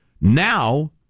now